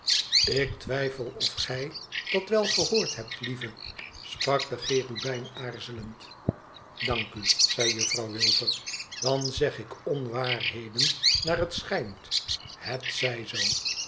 ik twijfel of gij dat wel gehoord hebt lieve sprak de cherubijn aarzelend dank u zei juffrouw wilfer dan zeg ik onwaarheden naar het schijnt het zij zoo